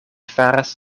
faras